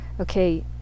Okay